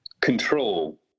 Control